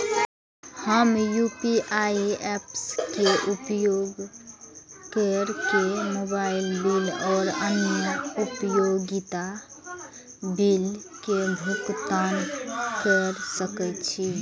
हम UPI apps के उपयोग केर के मोबाइल बिल और अन्य उपयोगिता बिल के भुगतान केर सके छी